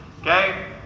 Okay